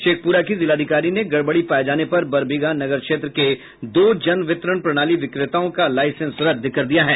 शेखपुरा की जिलाधिकारी ने गड़बड़ी पाये जाने पर बरबीघा नगर क्षेत्र के दो जन वितरण प्रणाली विक्रेताओं का लाईसेंस रद्द कर दिया है